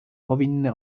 powinny